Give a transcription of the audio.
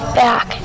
back